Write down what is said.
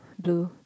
blue